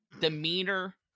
demeanor